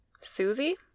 susie